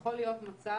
יכול להיות מצב